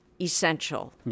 essential